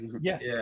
yes